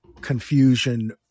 confusion